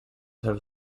have